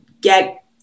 get